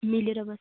मिलेर बस्